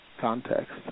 context